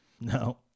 No